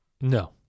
No